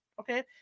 Okay